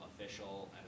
official